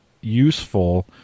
useful